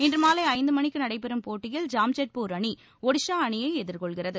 இன்று மாலை ஐந்து மணிக்கு நடைபெறும் போட்டியில் ஜாம்ஷெட்பூர் அணி ஒடிஷா அணியை எதிர்கொள்கிறது